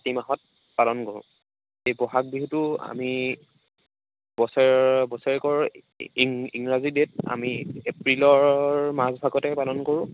কাতি মাহত পালন কৰোঁ এই ব'হাগ বিহুটো আমি বছৰ বছৰেকৰ ইংৰাজী দেট মে' এপ্ৰিলৰ মাজ ভাগতে পালন কৰোঁ